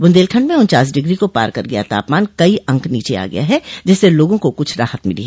बुंदेलखंड में उन्चास डिग्री को पार कर गया तापमान कई अंक नीचे आ गया जिससे लोगों को कुछ राहत मिली